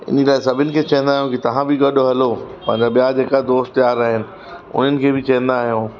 इन लाइ सभिनि खे चवंदा आहियूं की तव्हां बि गॾु हलो मतिलबु ॿिया जेका दोस्त यार आहिनि उन्हनि खे बि चवंदा आहियूं